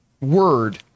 word